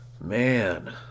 Man